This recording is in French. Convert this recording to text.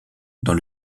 dans